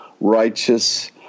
righteous